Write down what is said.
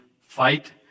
fight